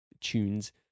tunes